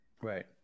Right